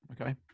okay